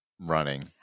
running